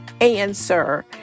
answer